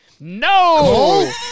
No